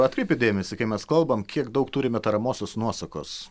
atkreipėt dėmesį kai mes kalbam kiek daug turime tariamosios nuosakos